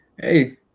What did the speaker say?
Hey